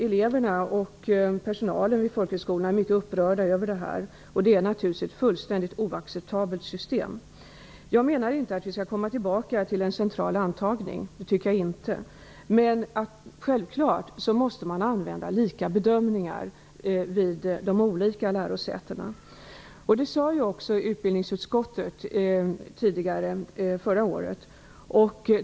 Eleverna och personalen vid folkhögskolorna är mycket upprörda över detta. Det är naturligtvis ett fullständigt oacceptabelt system. Jag menar inte att vi skall gå tillbaka till en central antagning. Det tycker jag inte. Men självfallet måste man använda lika bedömningar vid de olika lärosätena. Det sades också i utbildningsutskottet förra året.